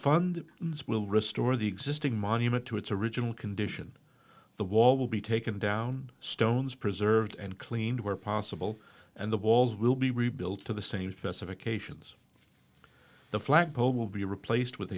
fund will restore the existing monument to its original condition the wall will be taken down stones preserved and cleaned where possible and the walls will be rebuilt to the same specifications the flagpole will be replaced with